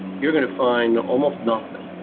you're gonna find almost nothing,